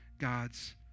God's